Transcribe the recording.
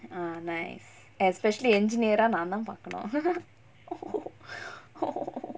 ah nice especially engineer ah நாதா பாக்கனும்:naathaa paakanum